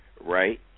right